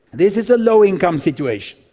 this is a low income situation.